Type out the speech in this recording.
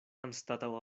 anstataŭ